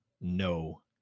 no